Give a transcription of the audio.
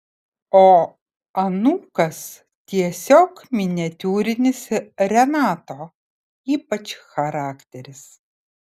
o anūkas tiesiog miniatiūrinis renato ypač charakteris